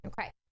Okay